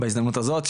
בהזדמנות הזאת,